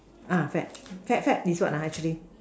uh fad fad fad is what ah actually